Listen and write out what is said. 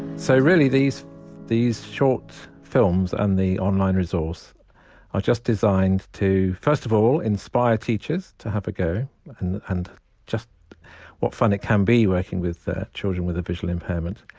so really these these short films and the online resource are just designed to first of all, inspire teachers to have a go and and just what fun it can be working with children with a visually impairment.